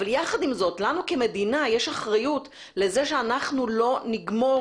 אבל יחד עם זה לנו כמדינה יש אחריות לכך שאנחנו לא נגמור